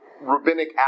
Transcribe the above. rabbinic